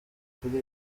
kuri